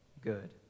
good